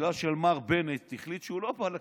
בגלל שמר בנט החליט שהוא לא בא לכנסת.